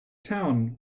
town